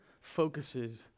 focuses